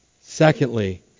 Secondly